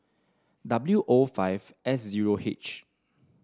W O five S zero H